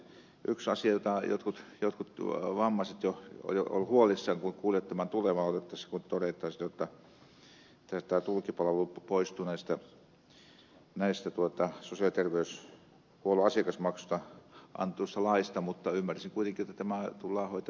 yksi asia josta jotkut vammaiset jo ovat olleet huolissaan kun kuulivat tämän tulevan on että tulkkipalvelu poistuu sosiaali ja terveyshuollon asiakasmaksuista annetusta laista mutta ymmärsin kuitenkin jotta tämä tullaan hoitamaan muulla tavalla